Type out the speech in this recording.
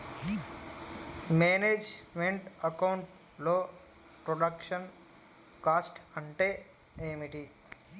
Manage meant account లో production cost అంటే ఏమిటి?